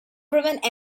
prevent